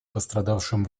пострадавшим